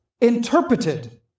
interpreted